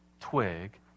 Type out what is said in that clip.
twig